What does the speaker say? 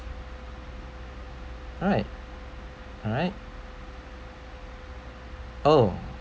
right alright oh